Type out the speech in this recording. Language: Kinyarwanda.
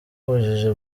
ubujiji